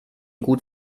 gut